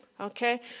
Okay